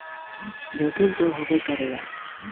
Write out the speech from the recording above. जोखिम त होबे करेला